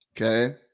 Okay